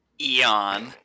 Eon